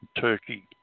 turkey